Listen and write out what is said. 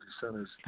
centers